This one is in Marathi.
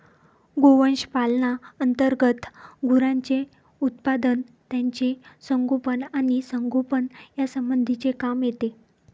गोवंश पालना अंतर्गत गुरांचे उत्पादन, त्यांचे संगोपन आणि संगोपन यासंबंधीचे काम येते